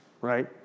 Right